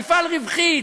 מפעל רווחי,